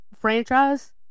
franchise